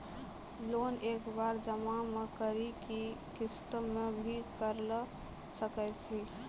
Loan एक बार जमा म करि कि किस्त मे भी करऽ सके छि?